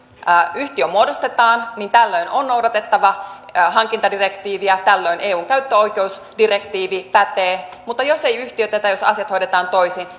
yhtiö muodostetaan niin tällöin on noudatettava hankintadirektiiviä tällöin eun käyttöoikeusdirektiivi pätee mutta jos ei yhtiöitetä jos asiat hoidetaan toisin